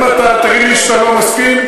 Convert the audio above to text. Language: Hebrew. אם אתה תגיד לי שאתה לא מסכים,